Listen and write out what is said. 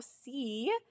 see